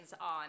on